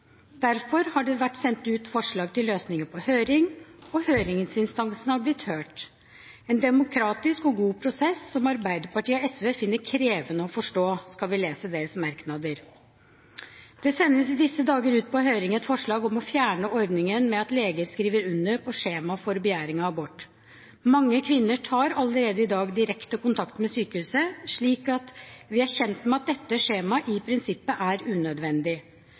derfor har det vært sendt ut forslag til løsninger på høring, og høringsinstansene har blitt hørt – en demokratisk og god prosess, som Arbeiderpartiet og SV finner krevende å forstå, skal vi lese deres merknader. Det sendes i disse dager ut på høring et forslag om å fjerne ordningen med at leger skriver under på skjemaet for begjæring om abort. Mange kvinner tar allerede i dag direkte kontakt med sykehuset, slik vi er kjent med at dette skjemaet i prinsippet er unødvendig.